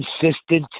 consistent